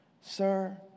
sir